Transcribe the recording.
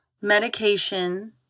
medication